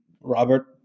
Robert